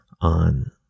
on